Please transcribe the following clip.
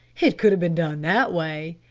it could have been done that way.